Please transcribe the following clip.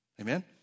Amen